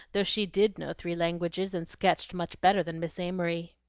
though she did know three languages and sketched much better than miss amory.